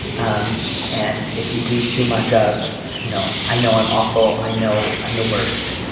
um and if you do, too much of you know, i know i'm awful. i know i'm the worst.